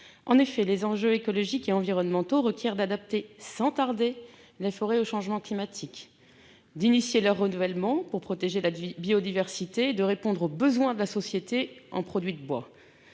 en effet les enjeux écologiques et environnementaux requiert d'adapter sans tarder la forêt au changement climatique d'initier leur renouvellement pour protéger la biodiversité, de répondre aux besoins de la société en produits de bois